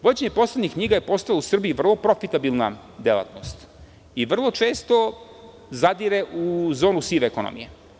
Vođenje poslovnih knjiga je postalo u Srbiji vrlo profitabilna delatnost i vrlo često zadire u zonu sive ekonomije.